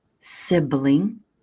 sibling